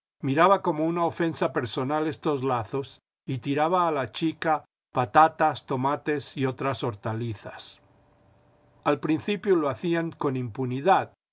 miraba como una ofensa personal estos lazos y tiraba a la chica patatas tomates y otras hortalizas xl principio lo hacían con impunidad